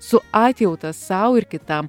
su atjauta sau ir kitam